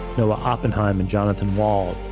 noah oppenheim, and jonathan wald,